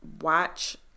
watch